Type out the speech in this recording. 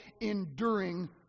enduring